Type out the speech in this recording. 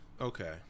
Okay